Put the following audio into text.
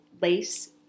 lace